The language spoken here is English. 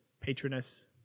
patroness